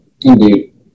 Indeed